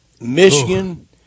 Michigan